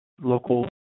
local